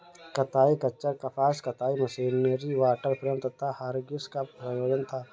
कताई खच्चर कपास कताई मशीनरी वॉटर फ्रेम तथा हरग्रीव्स का संयोजन था